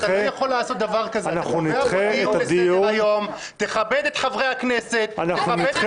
מכיוון שהיא נמצאת כרגע בדיון אחר והיא לא יכולה